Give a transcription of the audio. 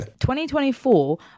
2024